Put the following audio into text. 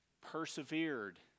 persevered